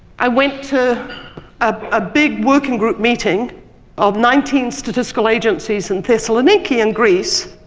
i went to a big working group meeting of nineteen statistical agencies, in thessaloniki in greece,